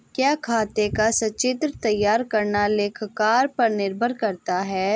क्या खाते का संचित्र तैयार करना लेखाकार पर निर्भर करता है?